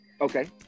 Okay